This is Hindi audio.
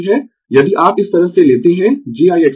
यदि आप इस तरह से लेते है j IXL I XL